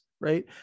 right